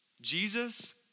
Jesus